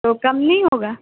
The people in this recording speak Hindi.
तो कम नहीं होगा